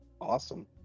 Awesome